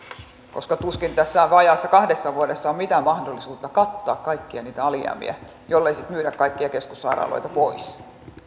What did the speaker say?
nimittäin tuskin tässä vajaassa kahdessa vuodessa on mitään mahdollisuutta kattaa kaikkia niitä alijäämiä jollei sitten myydä kaikkia keskussairaaloita pois